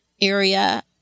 area